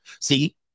see